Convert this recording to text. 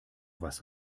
was